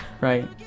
Right